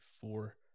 four